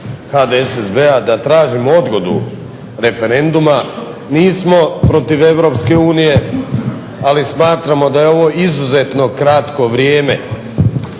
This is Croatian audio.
HDSSB-a da tražim odgodu referenduma. Nismo protiv EU, ali smatramo da je ovo izuzetno kratko vrijeme